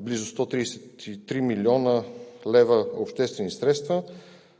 близо 133 млн. лв. обществени средства,